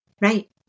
Right